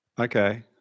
okay